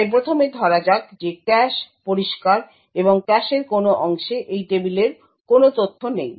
তাই প্রথমে ধরা যাক যে ক্যাশ পরিষ্কার এবং ক্যাশের কোনো অংশে এই টেবিলের কোনো তথ্য নেই